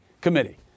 Committee